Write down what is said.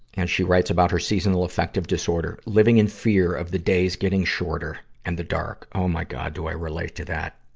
and she writes about her seasonal affective disorder living in fear of the days getting shorter and the dark. oh my god, do i relate to that!